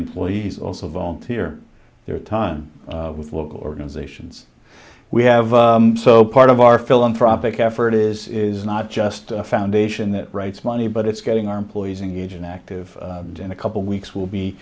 employees also volunteer their time with local organizations we have so part of our philanthropic effort is not just a foundation that writes money but it's getting our employees engage in active in a couple of weeks will be